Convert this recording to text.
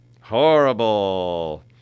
Horrible